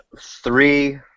Three